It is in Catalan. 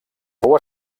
fou